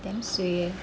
damn suay eh